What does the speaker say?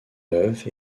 neuves